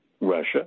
Russia